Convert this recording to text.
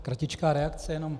Kratičká reakce jenom.